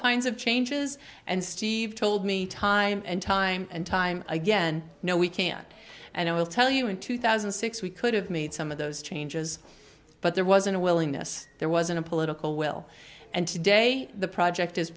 kinds of changes and steve told me time and time and time again no we can't and i will tell you in two thousand and six we could have made some of those changes but there wasn't a willingness there wasn't a political will and today the project is